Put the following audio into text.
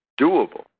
doable